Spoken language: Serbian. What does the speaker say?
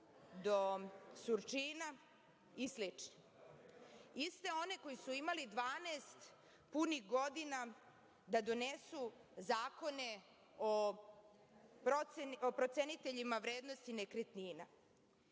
do Surčina i slično, iste one koji su imali 12 punih godina da donesu zakone o proceniteljima vrednosti nekretnina.